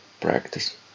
practice